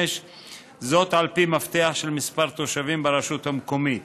על פי מפתח של מספר תושבים ברשות המקומית.